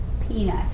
peanut